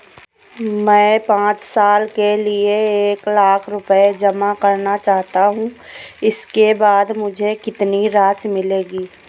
मैं पाँच साल के लिए एक लाख रूपए जमा करना चाहता हूँ इसके बाद मुझे कितनी राशि मिलेगी?